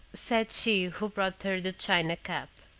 said she who brought her the china cup,